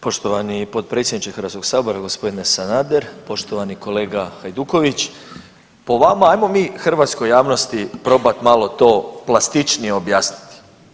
Poštovani potpredsjedniče Hrvatskog sabora gospodine Sanader, poštovani kolega Hajduković, po vama ajmo mi hrvatskoj javnosti probat malo to plastičnije objasniti.